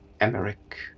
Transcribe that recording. Emmerich